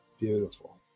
Beautiful